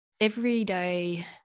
everyday